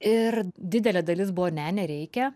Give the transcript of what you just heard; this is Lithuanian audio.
ir didelė dalis buvo ne nereikia